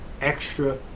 extra